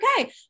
okay